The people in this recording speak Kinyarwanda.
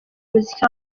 muziki